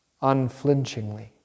unflinchingly